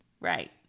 Right